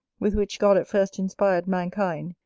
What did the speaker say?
with which god at first inspired mankind,